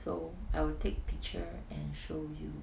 so I will take picture and show you